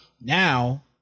Now